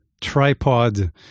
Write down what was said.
tripod